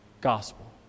gospel